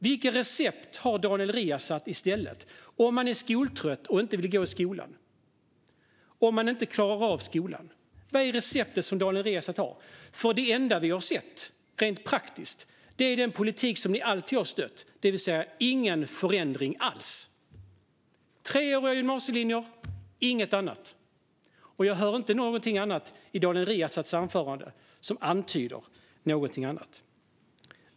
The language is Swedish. Vad är Daniel Riazats recept om man är skoltrött och inte vill gå i skolan, om man inte klarar av skolan? Det enda vi har sett rent praktiskt är den politik som ni alltid har stött, det vill säga ingen förändring alls - treåriga gymnasieprogram, inget annat. Och jag hör inte någonting i Daniel Riazats anförande som antyder någonting annat.